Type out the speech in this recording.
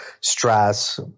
stress